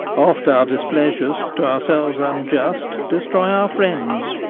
oft our displeasures, to ourselves unjust, destroy our friends,